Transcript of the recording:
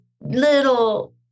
little